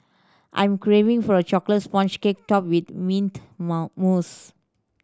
I'm craving for a chocolate sponge cake topped with mint mousse